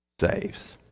Saves